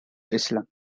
islam